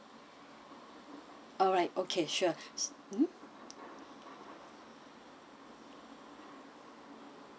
alright okay sure mmhmm